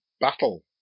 battle